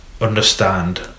understand